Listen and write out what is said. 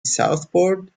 southport